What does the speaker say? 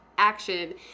action